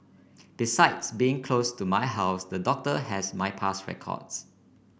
besides being close to my house the doctor has my past records